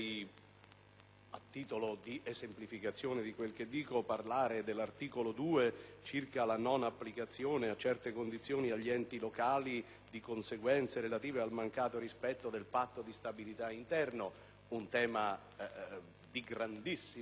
a titolo di esemplificazione di quel che dico, parlare dell'articolo 2, relativo alla non applicazione agli enti locali, a certe condizioni, di conseguenze relative al mancato rispetto del patto di stabilità interno, tema di grandissimo rilievo